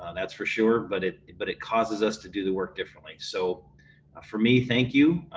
and that's for sure, but it but it causes us to do the work differently. so for me, thank you.